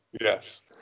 Yes